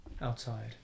outside